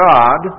God